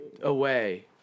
away